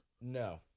No